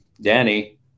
Danny